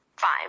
fine